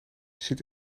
zit